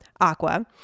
aqua